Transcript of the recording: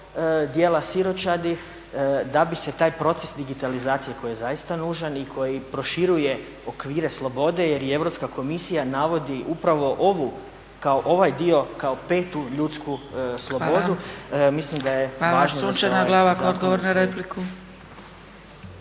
djela siročadi da bi se taj proces digitalizacije koji je zaista nužan i koji proširuje okvire slobode jer i Europska komisija navodi upravo ovu, kao ovaj dio, kao petu ljudsku slobodu… …/Upadica: Hvala./…